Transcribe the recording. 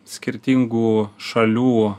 skirtingų šalių